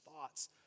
thoughts